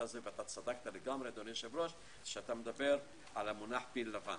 צדקת במונח שלך, פיל לבן,